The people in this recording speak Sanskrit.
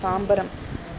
ताम्बरम्